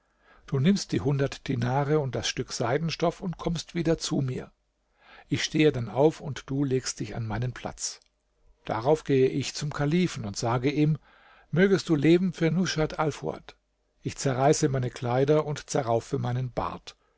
du nimmst die hundert dinare und das stück seidenstoff und kommst wieder zu mir ich stehe dann auf und du legst dich an meinen platz darauf gehe ich zum kalifen und sage ihm mögest du leben für rushat alfuad ich zerreiße meine kleider und zerraufe meinen bart